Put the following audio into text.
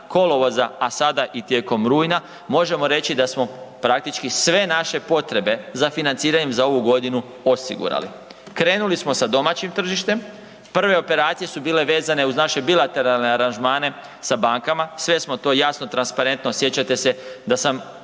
kolovoza, a sada i tijekom rujna možemo reći da smo praktički sve naše potrebe za financiranjem za ovu godinu osigurali. Krenuli smo sa domaćim tržištem, prve operacije su bile vezane uz naše bilateralne aranžmane sa bankama, sve smo to jasno, transparentno, sjećate se da sam